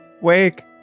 Wake